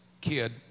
kid